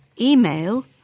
email